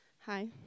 Hi